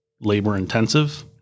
labor-intensive